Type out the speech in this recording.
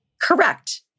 Correct